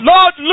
Lord